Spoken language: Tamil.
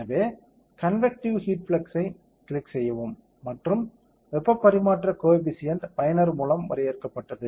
எனவே கன்வெக்டிவ் ஹீட் ஃப்ளக்ஸ் ஐ கிளிக் செய்யவும் மற்றும் வெப்பப் பரிமாற்றக் கோயெபிசியன்ட் பயனர் மூலம் வரையறுக்கப்பட்டது